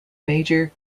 major